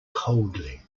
coldly